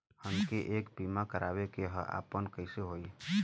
हमके एक बीमा करावे के ह आपन कईसे होई?